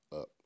up